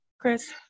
Chris